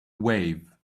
wave